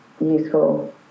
useful